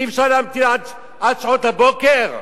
אי-אפשר להמתין עד שעות הבוקר?